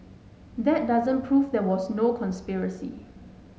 that doesn't prove there was no conspiracy